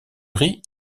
riz